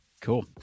Cool